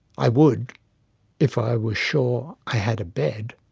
i would if i were sure i had a bed,